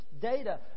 data